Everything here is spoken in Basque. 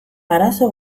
arazo